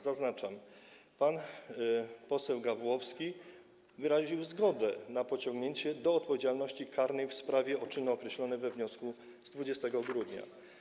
Zaznaczam, pan poseł Gawłowski wyraził zgodę na pociągnięcie go do odpowiedzialności karnej w sprawie o czyny określone we wniosku z 20 grudnia.